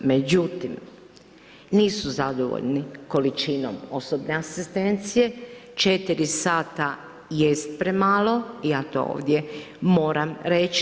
Međutim, nisu zadovoljni količino osobne asistencije, 4 sata jest premalo i ja to ovdje moram reći.